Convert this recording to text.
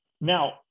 Now